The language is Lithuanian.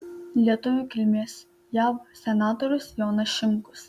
lietuvių kilmės jav senatorius jonas šimkus